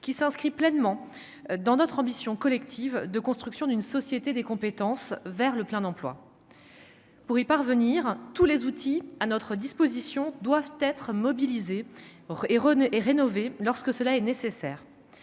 qui s'inscrit pleinement dans notre ambition collective de construction d'une société des compétences vers le plein emploi pour y parvenir, tous les outils à notre disposition doivent être mobilisés et René et rénové, lorsque cela est nécessaire,